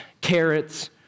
carrots